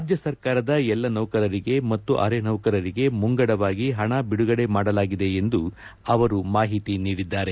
ರಾಜ್ಯ ಸರ್ಕಾರದ ಎಲ್ಲ ಸೌಕರರಿಗೆ ಮತ್ತು ಅರೆ ನೌಕರರಿಗೆ ಮುಂಗಡವಾಗಿ ಪಣ ಬಿಡುಗಡೆ ಮಾಡಲಾಗಿದೆ ಎಂದು ಅವರು ಮಾಹಿತಿ ನೀಡಿದ್ದಾರೆ